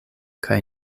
kaj